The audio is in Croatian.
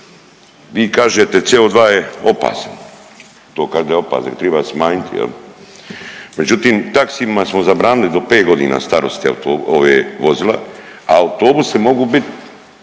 Vi kažete CO2 je opasan, to kao da je opasan da ga triba smanjiti jel, međutim taksijima smo zabranili do 5 godina starosti ove vozila, a autobusi mogu biti